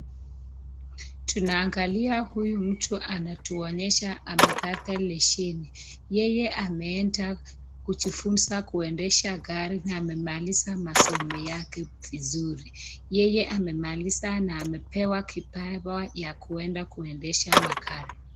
Tunaangalia huyu mtu anatuonyesha amepata leseni, yeye ameenda kujifunza kuendesha gari na amemaliza masomo yake vizuri, yeye amemaliza na amepewa kipawa ya kuenda kuendesha magari.